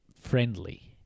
friendly